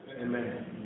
Amen